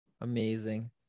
Amazing